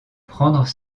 prendre